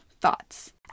thoughts